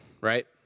right